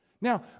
Now